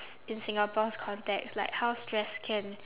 in singapore's context like how stress can